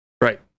Right